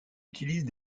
utilisent